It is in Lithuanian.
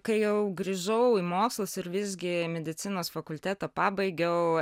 kai jau grįžau į mokslus ir visgi medicinos fakultetą pabaigiau